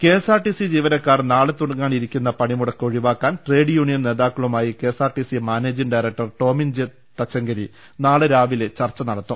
KSRTC ജീവനക്കാർ നാളെ തുടങ്ങാനിരിക്കുന്ന പണിമുടക്ക് ഒഴിവാക്കാൻ ട്രേഡ് യുണിയൻ നേതാക്കളുമായി KSRTC managing director Tomin J Thachankary നാളെ രാവിലെ ചർച്ച നടത്തും